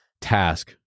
task